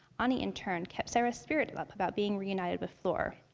anie, in turn, kept sayra's spirits up about being reunited with flor.